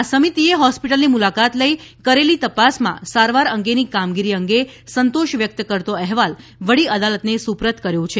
આ સમિતિએ હોસ્પિટલની મુલાકાત લઈ કરેલી તપાસમાં સારવાર અંગેની કામગીરી અંગે સંતોષ વ્યક્ત કરતો અહેવાલ વડીઅદાલતને સુપ્રત કર્યો છે